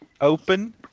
open